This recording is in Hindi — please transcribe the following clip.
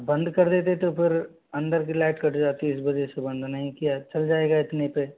बंद कर देते तो फिर अंदर की लाइट कट जाती है इस वजह से बंद नहीं किया चल जाएगा इतने पे